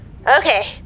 Okay